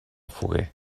foguer